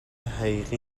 حقیقی